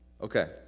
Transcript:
Okay